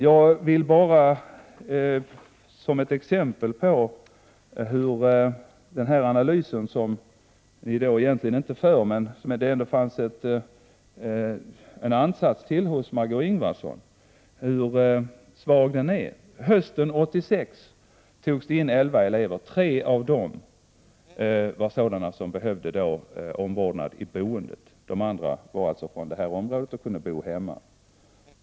Låt mig ge ett exempel på hur svag den analys är som ni egentligen inte gör men som det ändå fanns en ansats till hos Margöé Ingvardsson. Hösten 1986 togs det in elva elever. Tre av dem var sådana som behövde omvårdnad i boendet — de andra kom från Stockholmsområdet och kunde bo hemma.